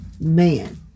Man